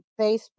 Facebook